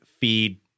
feed